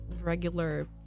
regular